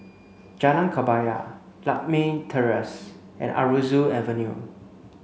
Jalan Kebaya Lakme Terrace and Aroozoo Avenue